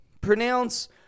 pronounce